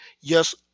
Yes